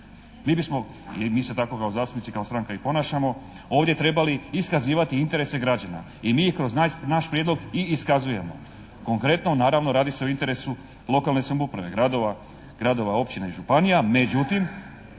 mi se tako kao zastupnici i kao stranka i ponašamo, ovdje trebali iskazivati interese građana i mi kroz naš prijedlog i iskazujemo. Konkretno naravno radi se o interesu lokalne samouprave, gradova, općina i županija.